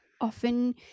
often